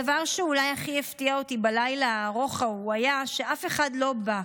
הדבר שאולי הכי הפתיע אותי בלילה הארוך ההוא היה שאף אחד לא בא.